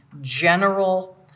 general